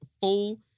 full